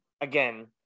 again